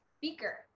Beaker